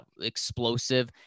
explosive